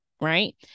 right